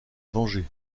venger